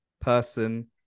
person